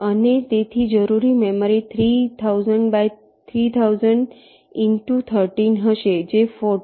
અને તેથી જરૂરી મેમરી 3000 બાય 3000 ઇન ટુ 13 હશે જે 14